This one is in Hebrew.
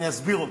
אסביר אותם.